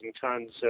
tons